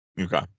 Okay